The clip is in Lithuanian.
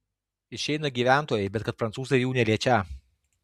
išeina gyventojai bet kad prancūzai jų neliečią